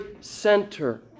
center